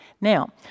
Now